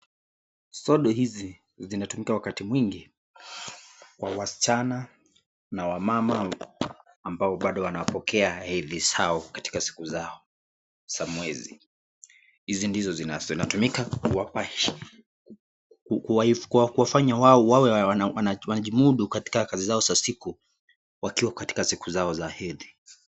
Sodo hizi zinatumika wakati mwingi kwa wasichana na wamama ambao bado wanapokea hedhi zao katika siku zao za mwezi, hizi ndizo zinatumika kuwafanya wao wawe wanajimudu katika kazi zao za siku wakiwa katika siku zao za hedhi.